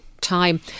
time